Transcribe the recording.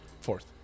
fourth